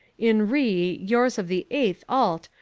in re yours of the eighth ult,